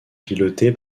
pilotée